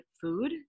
food